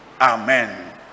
Amen